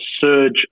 surge